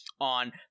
on